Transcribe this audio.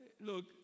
look